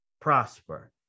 prosper